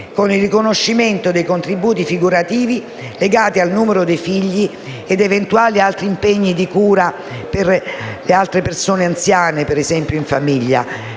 (con il riconoscimento dei contributi figurativi legati al numero di figli ed eventuali altri impegni di cura per altre persone anziane in famiglia,